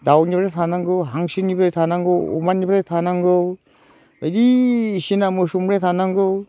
दाउनिबो थानांगौ हांसोनिबो थानांगौ अमानिबो थानांगौ बायदिसिना मोसौनिफ्राय थानांगौ